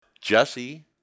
Jesse